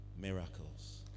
miracles